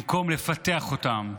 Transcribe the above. במקום לפתח אותם,